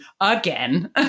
again